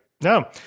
No